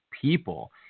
people